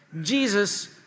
Jesus